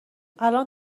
الان